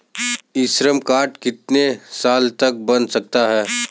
ई Shram card कितने साल तक बन सकता है?